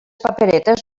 paperetes